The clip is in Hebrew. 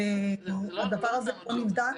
הדבר הזה לא נבדק,